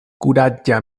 kuraĝa